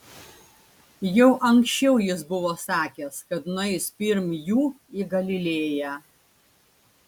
jau anksčiau jis buvo sakęs kad nueis pirm jų į galilėją